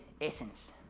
essence